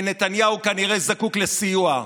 כי נתניהו כנראה זקוק לסיוע.